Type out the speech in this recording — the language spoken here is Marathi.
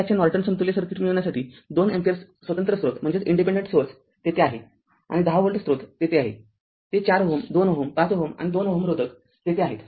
तरयाचे नॉर्टन समतुल्य सर्किट मिळविण्यासाठी २ अँपिअर स्वतंत्र स्रोत तेथे आहे आणि १० व्होल्ट स्रोत तेथे आहे तेथे ४Ω २Ω ५Ω आणि २Ω रोधक तेथे आहेत